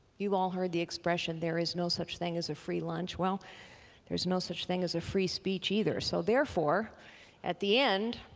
you've all heard the expression there's no such thing as a free lunch? well there's no such thing as a free speech either so therefore at the end,